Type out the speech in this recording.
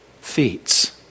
feats